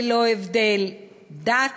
ללא הבדל דת,